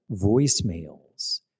voicemails